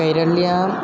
कैरल्यां